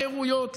לחירויות,